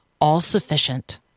all-sufficient